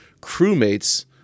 crewmates